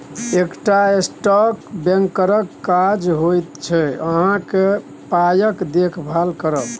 एकटा स्टॉक ब्रोकरक काज होइत छै अहाँक पायक देखभाल करब